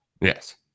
Yes